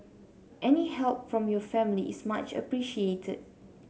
any help from your family is much appreciated